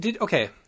okay –